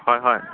হয় হয়